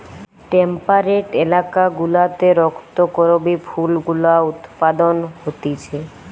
temperate এলাকা গুলাতে রক্ত করবি ফুল গুলা উৎপাদন হতিছে